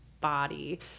body